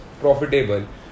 profitable